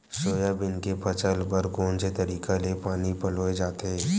Soybean के फसल बर कोन से तरीका ले पानी पलोय जाथे?